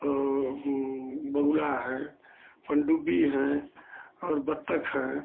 और बगुला है पनडुब्बी हैं और बत्तख हैं